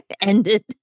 Ended